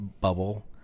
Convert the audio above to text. bubble